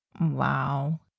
Wow